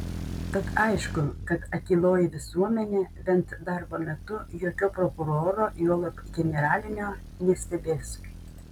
tad aišku kad akyloji visuomenė bent darbo metu jokio prokuroro juolab generalinio nestebės